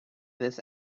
this